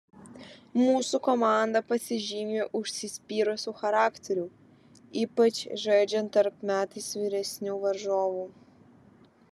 mūsų komanda pasižymi užsispyrusiu charakteriu ypač žaidžiant tarp metais vyresnių varžovų